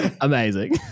amazing